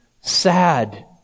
sad